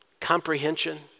comprehension